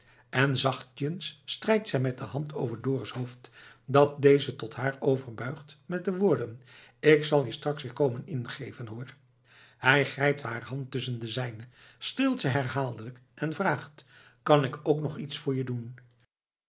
en zachtjens strijkt zij met de hand over dorus hoofd dat deze tot haar overbuigt met de woorden k zal je straks weer komen ingeven hoor hij grijpt haar hand tusschen de zijne streelt ze herhaaldelijk en vraagt kan ik ook nog iets voor je doen